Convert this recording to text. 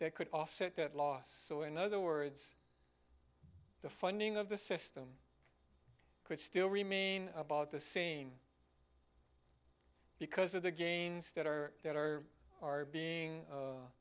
that could offset that loss so in other words the funding of the system could still remain about the sane because of the gains that are that are are being u